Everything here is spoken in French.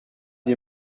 des